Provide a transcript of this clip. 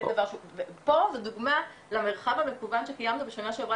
פה זו דוגמא למרחב המקוון שקיימנו בשנה שעברה,